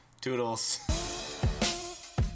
Toodles